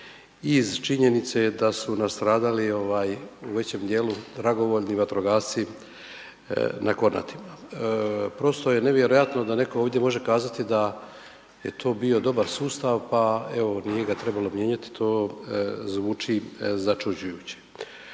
iz činjenica da su nastradali u većem dijelu dragovoljni vatrogasci na Kornatima. Prosto je nevjerojatno da netko može kazati da je to bio dobar sustav pa evo, nije ga trebalo mijenjati, to zvuči začuđujuće.